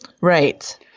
right